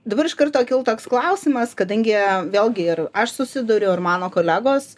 dabar iš karto kilo toks klausimas kadangi vėlgi ir aš susiduriu ir mano kolegos